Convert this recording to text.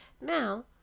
now